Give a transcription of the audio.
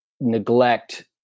neglect